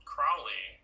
Crowley